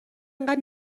اینقدر